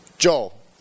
Joel